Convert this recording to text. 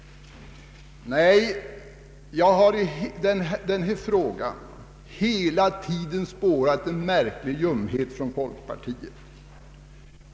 Nej, jag har i denna fråga hela tiden spårat en märklig ljumhet från folkpartiet.